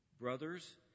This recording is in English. Brothers